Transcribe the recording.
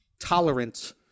tolerant